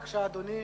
בבקשה, אדוני.